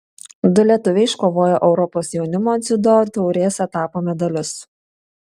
du lietuviai iškovojo europos jaunimo dziudo taurės etapo medalius